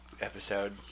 episode